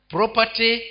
Property